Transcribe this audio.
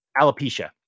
alopecia